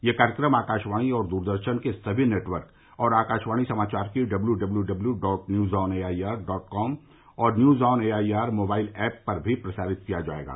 यह कार्यक्रम आकाशवाणी और द्रदर्शन के सभी नेटवर्क और आकशवाणी समाचार की W W W dot news on A I R dot com और news on A I R mobile app पर भी प्रसारित किया जाएगा